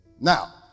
Now